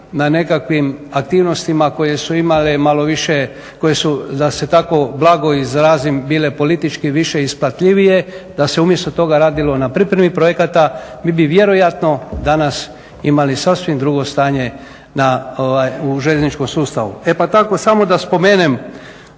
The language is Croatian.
na nekakvim aktivnostima koje su imale malo više, koje su da se tako blago izrazim bile politički više isplativije, da se umjesto toga radilo na pripremi projekata mi bi vjerojatno danas imali sasvim drugo stanje u željezničkom sustavu. E pa tako samo da spomenem